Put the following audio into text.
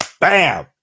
bam